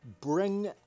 Bring